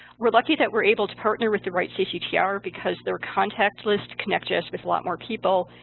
we're lucky that we're able to partner with the wright ccr because their contact list connects us with a lot more people,